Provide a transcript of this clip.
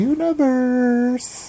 Universe